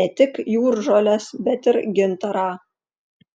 ne tik jūržoles bet ir gintarą